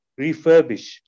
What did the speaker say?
refurbish